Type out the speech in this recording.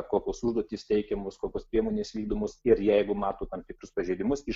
užduotis teikiamos kokios priemonės vykdomos ir jeigu mato tam tikrus pažeidimus iš